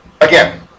Again